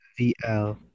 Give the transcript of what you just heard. VL